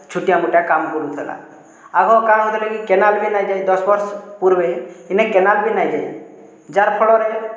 ଛୋଟିଆ ମୋଟିଆ କାମ୍ କରୁଥିଲା ଆଗ କାଣା ହଉଥିଲା କି କେନାଲ୍ ବି ନାଇଁ ଯାଇ ଦଶ୍ ବର୍ଷ୍ ପୁର୍ବେ ଇନେ କେନାଲ୍ ବି ନାଇଁ ଯାଇ ଯାର୍ ଫଳରେ